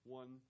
one